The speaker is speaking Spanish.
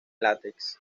látex